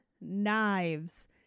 knives